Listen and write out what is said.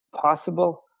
possible